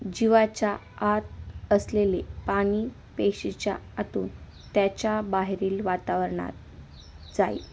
जीवाच्या आत असलेले पाणी पेशीच्या आतून त्याच्या बाहेरील वातावरणात जाईल